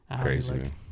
crazy